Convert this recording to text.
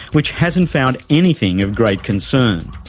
which hasn't found anything of great concern.